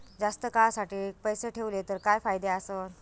जास्त काळासाठी पैसे ठेवले तर काय फायदे आसत?